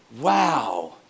wow